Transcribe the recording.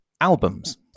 albums